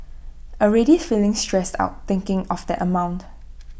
already feeling stressed out thinking of that amount